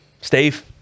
Steve